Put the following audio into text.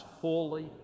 fully